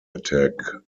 attack